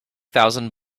thousand